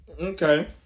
Okay